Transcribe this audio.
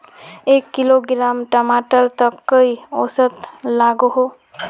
एक किलोग्राम टमाटर त कई औसत लागोहो?